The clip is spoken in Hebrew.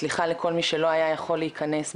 סליחה לכל מי שלא היה יכול להיכנס,